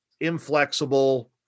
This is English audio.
inflexible